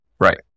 right